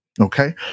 Okay